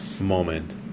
moment